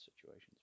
situations